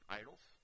idols